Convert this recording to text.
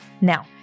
Now